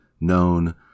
known